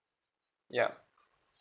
yup